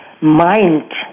mind